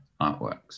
artworks